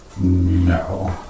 No